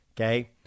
Okay